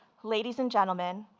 ladies and gentlemen,